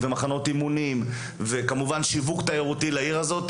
מחנות אימונים וכמובן שיווק תיירותי לעיר הזו.